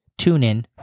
TuneIn